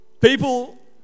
people